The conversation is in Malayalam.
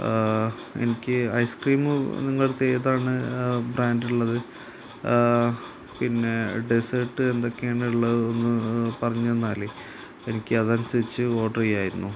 എനിക്ക് ഐസ് ക്രീമ് നിങ്ങളുടെ അടുത്ത് ഏതാണ് ബ്രാന്റ് ഉള്ളത് പിന്നെ ഡെസേട്ട് എന്തൊക്കെയാണ് ഉള്ളതെന്ന് പറഞ്ഞുതന്നാൽ എനിക്കതനുസരിച്ച് ഓഡ്റ് ചെയ്യാമായിരുന്നു